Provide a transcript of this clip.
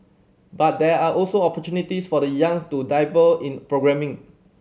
but there are also opportunities for the young to dabble in programming